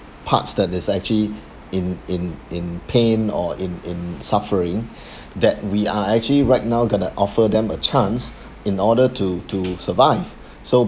parts that is actually in in in pain or in in suffering that we are actually right now gonna offer them a chance in order to to survive so